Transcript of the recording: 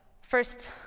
First